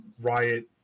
Riot